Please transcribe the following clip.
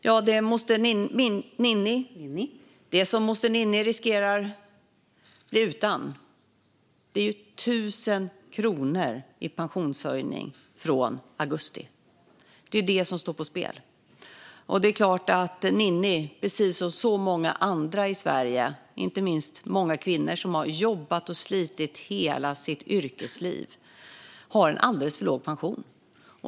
Fru talman! Det som moster Ninni riskerar att bli utan är 1 000 kronor i pensionshöjning från augusti. Det är det som står på spel. Det är klart att Ninni, precis som så många andra i Sverige, inte minst många kvinnor som har jobbat och slitit hela sitt yrkesliv, har en alldeles för låg pension.